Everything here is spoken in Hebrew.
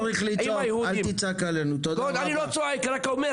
תודה רבה לך.